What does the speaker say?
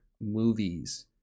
movies